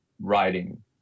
writing